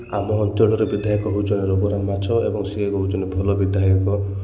ଆମ ଅଞ୍ଚଳର ବିଧାୟକ ହେଉଛନ୍ତି ସେ ହେଉଛନ୍ତି ଭଲ ବିଧାୟକ